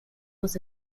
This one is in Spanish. los